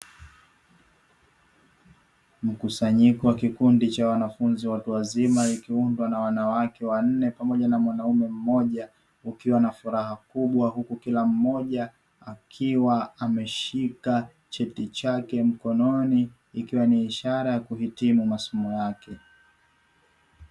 Mkusanyiko wa kikundi cha wanafunzi watu wazima ikiundwa na wanawake wanne pamoja na mwanaume mmoja, wakiwa na furaha kubwa. Huku kila mmoja akiwa ameshika cheti chake mkononi, ikiwa ni ishara ya kuhitimu masomo yake.